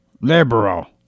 Liberal